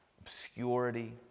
obscurity